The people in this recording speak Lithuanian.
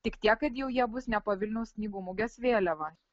tik tiek kad jau jie bus ne po vilniaus knygų mugės vėliava